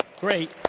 Great